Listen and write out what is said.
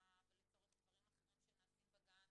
והדרכה ולצורך דברים אחרים שנעשים בגן.